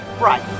Right